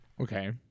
Okay